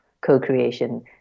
co-creation